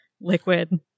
liquid